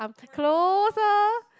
closer